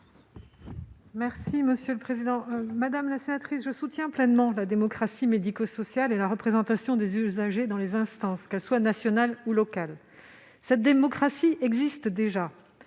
du Gouvernement ? Madame la sénatrice, je soutiens pleinement la démocratie médico-sociale et la représentation des usagers dans les instances nationales ou locales. Cette démocratie existe déjà